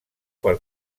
per